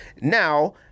Now